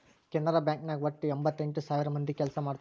ಕೆನರಾ ಬ್ಯಾಂಕ್ ನಾಗ್ ವಟ್ಟ ಎಂಭತ್ತೆಂಟ್ ಸಾವಿರ ಮಂದಿ ಕೆಲ್ಸಾ ಮಾಡ್ತಾರ್